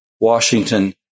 Washington